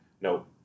No